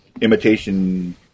imitation